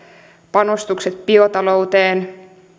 panostukset biotalouteen